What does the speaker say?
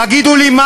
תגידו לי מה,